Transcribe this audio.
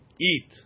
eat